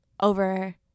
over